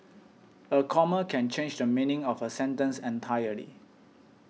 a comma can change the meaning of a sentence entirely